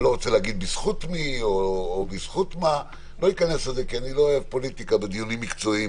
איני רוצה לומר בזכות מי כי אני לא אוהב פוליטיקה בדיונים מקצועיים.